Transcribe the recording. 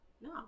No